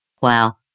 wow